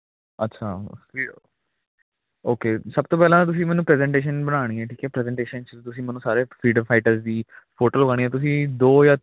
ਅੱਛਾ ਵੀ ਓਕੇ ਸਭ ਤੋਂ ਪਹਿਲਾਂ ਤਾਂ ਤੁਸੀਂ ਮੈਨੂੰ ਪ੍ਰੈਜੈਂਟੇਸ਼ਨ ਬਣਾਉਣੀ ਹੈ ਠੀਕ ਹੈ ਪ੍ਰੈਜੈਂਟੇਸ਼ਨ 'ਚ ਤੁਸੀਂ ਮੈਨੂੰ ਸਾਰੇ ਫਰੀਡਮ ਫਾਈਟਰਸ ਦੀ ਫੋਟੋ ਲਗਾਣੀ ਤੁਸੀਂ ਦੋ ਜਾਂ ਤਿੰਨ